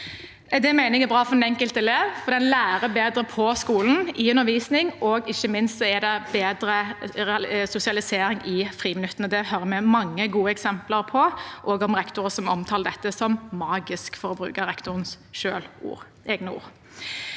jeg er bra for den enkelte elev, for da lærer en bedre på skolen i undervisningen, og ikke minst er det bedre sosialisering i friminuttene. Det hører vi om mange gode eksempler på, også om rektorer som omtaler dette som magisk, for å bruke rektorens egne ord.